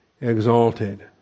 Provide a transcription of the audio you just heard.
exalted